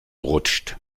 rutscht